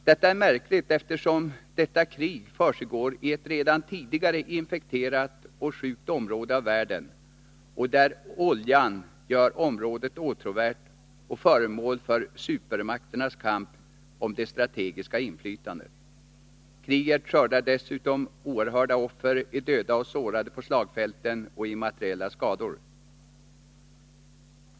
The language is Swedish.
Det är märkligt, eftersom detta krig försiggår i ett redan tidigare infekterat och sjukt område av världen och där oljan gör området åtråvärt samt till föremål för supermakternas kamp om det strategiska inflytandet. Kriget skördar dessutom oerhörda offer i döda och sårade på slagfälten och i materiella skador.